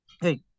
hey